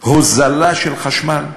הוזלה של החשמל,